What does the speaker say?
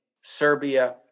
Serbia